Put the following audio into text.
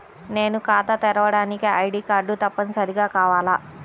నేను ఖాతా తెరవడానికి ఐ.డీ కార్డు తప్పనిసారిగా కావాలా?